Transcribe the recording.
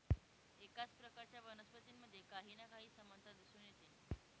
एकाच प्रकारच्या वनस्पतींमध्ये काही ना काही समानता दिसून येते